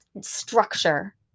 structure